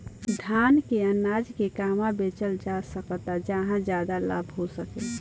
धान के अनाज के कहवा बेचल जा सकता जहाँ ज्यादा लाभ हो सके?